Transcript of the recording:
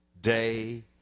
day